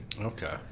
Okay